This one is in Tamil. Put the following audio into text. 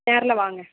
நேரில் வாங்க